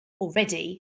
already